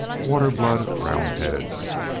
water-blood roundheads.